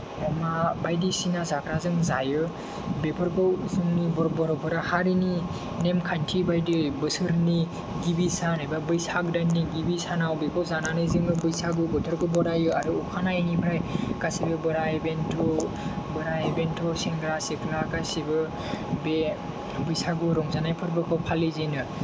अमा बायदिसिना जाग्राजों जायो बेफोरखौ जोंनि बर'फोरा हारिनि नेम खान्थि बायदियै बोसोरनि गिबि सान एबा बैसाग दाननि गिबि सानाव बेखौ जानानै जोङो बैसागु बोथोरखौ बरायो आरो अखानायैनिफ्राय गासैबो बोराय बेन्थ' बोराय बेन्थ' सेंग्रा सिख्ला गासैबो बे बैसागु रंजानाय फोरबोखौ फालिजेनो